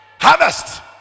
Harvest